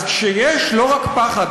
אז כשיש לא רק פחד,